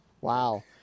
Wow